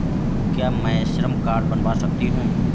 क्या मैं श्रम कार्ड बनवा सकती हूँ?